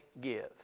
give